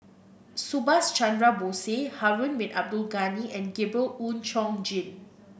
Subhas Chandra Bose Harun Bin Abdul Ghani and Gabriel Oon Chong Jin